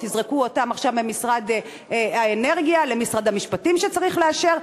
או תזרקו אותם עכשיו ממשרד האנרגיה למשרד המשפטים שצריך לאשר.